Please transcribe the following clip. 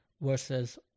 versus